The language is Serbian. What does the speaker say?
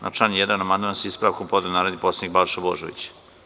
Na član 1. amandman, sa ispravkom, podneo je narodni poslanik Balša Božović.